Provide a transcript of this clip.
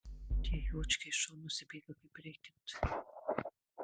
tie juočkiai šonuose bėga kaip reikiant